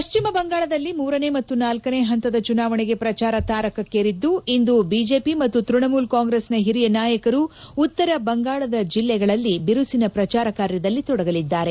ಪಶ್ಚಿಮ ಬಂಗಾಳದಲ್ಲಿ ಮೂರನೇ ಮತ್ತು ನಾಲ್ನನೇ ಹಂತದ ಚುನಾವಣೆಗೆ ಪ್ರಚಾರ ತಾರಕಕ್ನೇರಿದ್ದು ಇಂದು ಬಿಜೆಪಿ ಮತ್ತು ತ್ಪಣಮೂಲ ಕಾಂಗ್ರೆಸ್ನ ಹಿರಿಯ ನಾಯಕರು ಉತ್ತರ ಬಂಗಾಳದ ಜಿಲ್ಲೆಗಳಲ್ಲಿ ಬಿರುಸಿನ ಪ್ರಚಾರ ಕಾರ್ಯದಲ್ಲಿ ತೊಡಗಲಿದ್ದಾರೆ